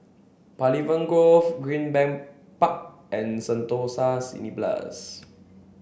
Pavilion Grove Greenbank Park and Sentosa